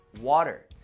water